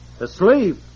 Asleep